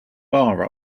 bar